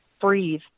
breathe